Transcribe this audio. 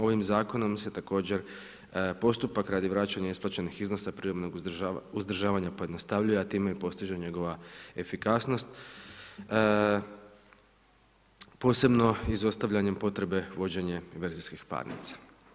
Ovim zakonom bi se također postupak radi vraćanja isplaćenih iznosa privremenog uzdržavanja pojednostavljuje, a time i postiže njegova efikasnost, posebno izostavljanjem potrebe vođenje … parnica.